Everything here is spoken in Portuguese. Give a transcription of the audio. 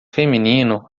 feminino